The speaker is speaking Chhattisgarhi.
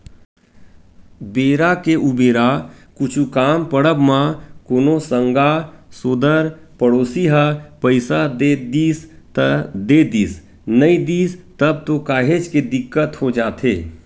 बेरा के उबेरा कुछु काम पड़ब म कोनो संगा सोदर पड़ोसी ह पइसा दे दिस त देदिस नइ दिस तब तो काहेच के दिक्कत हो जाथे